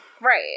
Right